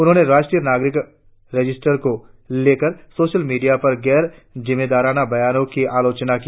उन्होंने राष्ट्रीय नागरिकता रजिस्टर को लेकर सोशल मीडिया पर गैर जिम्मेदाराना बयानों की आलोचना की